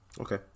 okay